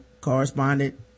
correspondent